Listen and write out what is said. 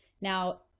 Now